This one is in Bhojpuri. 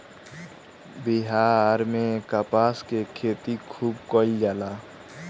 बिहार में कपास के खेती खुब कइल जाला